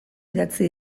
idatzi